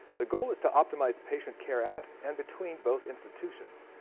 the goal is to optimize patient care at and between both institutions.